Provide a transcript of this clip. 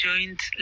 joint